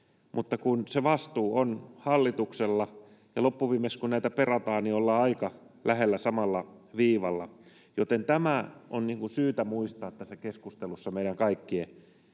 mutta kun se vastuu on hallituksella. Ja loppuviimeksi, kun näitä perataan, ollaan aika lähellä samalla viivalla. Joten tämä on meidän kaikkien syytä muistaa tässä keskustelussa — mitä on